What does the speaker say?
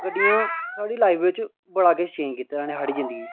गड्डियां साढ़ी जिंदगी च बड़ा किश चेंज कीते दा इ'नें